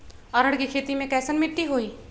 अरहर के खेती मे कैसन मिट्टी होइ?